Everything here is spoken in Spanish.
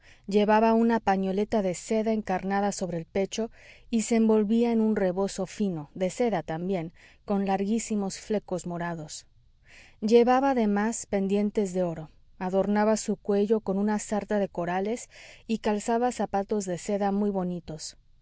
llevaba una pañoleta de seda encarnada sobre el pecho y se envolvía en un rebozo fino de seda también con larguísimos flecos morados llevaba además pendientes de oro adornaba su cuello con una sarta de corales y calzaba zapatos de seda muy bonitos